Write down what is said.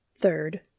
Third